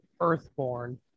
earthborn